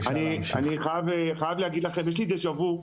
אני חייב להגיד לכם, יש לי דה ז׳ה וו.